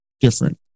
different